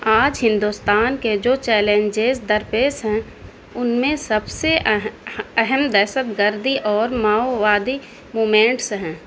آج ہندوستان کے جو چیلنجز درپیش ہیں ان میں سب سے اہم دہشت گردی اور ماؤوادی مومینٹس ہیں